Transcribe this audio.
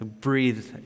breathe